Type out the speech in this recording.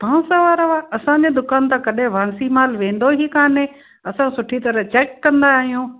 बांस वारा हुआ असांजी दुकान तां कॾहिं बांसी माल वेंदो ई कोन्हे असां सुठी तरहि चेक कंदा आहियूं